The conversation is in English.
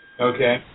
Okay